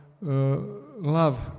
love